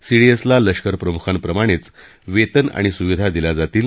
सीडीएसला लष्करप्रमुखांप्रमाणेच वेतन आणि सुविधा दिल्या जातील